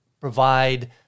provide